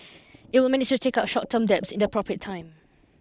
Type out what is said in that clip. it will manage to take out short term debts in the appropriate time